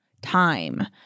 time